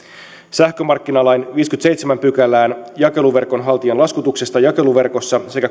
sähkömarkkinalain viidenteenkymmenenteenseitsemänteen pykälään jakeluverkonhaltijan laskutuksesta jakeluverkossa sekä